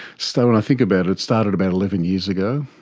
so when i think about it, it started about eleven years ago,